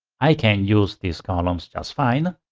i can use these columns just fine.